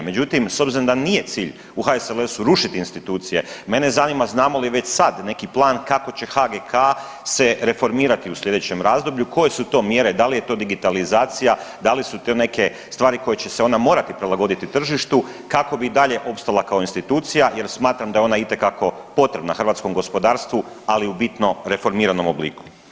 Međutim, s obzirom da nije cilj u HSLS-u rušiti institucije, mene zanima znamo li već sad neki plan kako će HGK se reformirati u sljedećem razdoblju, koje su to mjere, da li je to digitalizacija, da li su to neke stvari koje će onda morati prilagoditi tržištu kako bi i dalje opstala kao institucija jer smatram da je ona itekako potrebna hrvatskom gospodarstvu, ali u bitno reformiranom obliku.